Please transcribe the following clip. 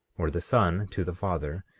or the son to the father,